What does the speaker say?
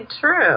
true